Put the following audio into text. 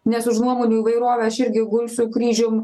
nes už nuomonių įvairovę aš irgi gulsiu kryžium